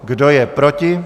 Kdo je proti?